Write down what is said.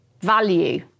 value